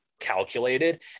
calculated